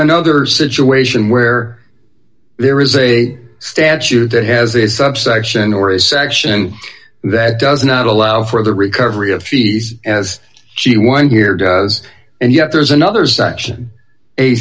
another situation where there is a statute that has a subsection or a section that does not allow for the recovery of fees as she won here does and yet there's another section eight